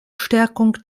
stärkung